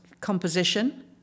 composition